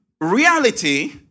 reality